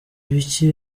ibiki